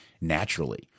naturally